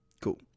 cool